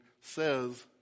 says